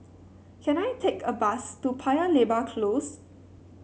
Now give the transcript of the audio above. can I take a bus to Paya Lebar Close